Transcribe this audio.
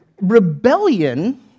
rebellion